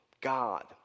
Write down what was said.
God